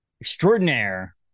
extraordinaire